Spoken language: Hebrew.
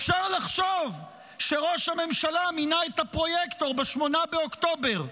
אפשר לחשוב שראש הממשלה מינה את הפרויקטור ב-8 באוקטובר,